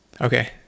Okay